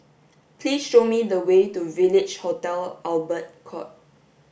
please show me the way to Village Hotel Albert Court